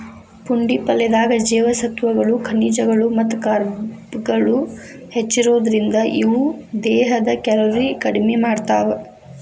ಪುಂಡಿ ಪಲ್ಲೆದಾಗ ಜೇವಸತ್ವಗಳು, ಖನಿಜಗಳು ಮತ್ತ ಕಾರ್ಬ್ಗಳು ಹೆಚ್ಚಿರೋದ್ರಿಂದ, ಇವು ದೇಹದ ಕ್ಯಾಲೋರಿ ಕಡಿಮಿ ಮಾಡ್ತಾವ